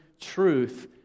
truth